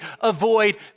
avoid